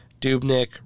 Dubnik